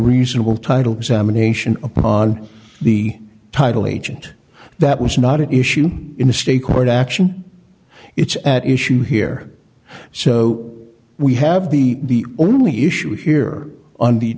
reasonable title examination on the title agent that was not at issue in the state court action it's at issue here so we have the only issue here on the